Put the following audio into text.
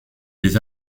des